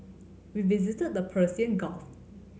we visited the Persian Gulf